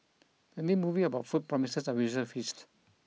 the new movie about food promises a visual feast